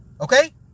Okay